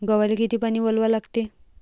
गव्हाले किती पानी वलवा लागते?